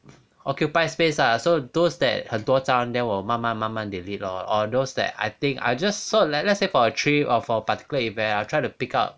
occupies space lah so those that 很多张 then 我慢慢慢慢 delete lor or those that I think I just sort like let's say for a trip or for a particular event I will I try to pick out